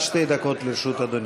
עד שתי דקות לרשות אדוני.